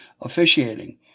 officiating